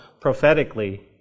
prophetically